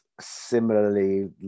similarly